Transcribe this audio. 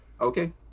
okay